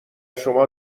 شما